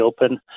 open